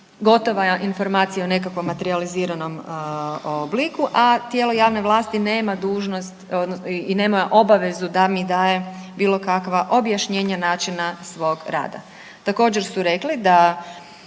gotova informacija o nekakvom materijaliziranom obliku, a tijelo javne vlasti nema dužnost i nema obavezu da mi daje bilo kakva objašnjenja načina svog rada.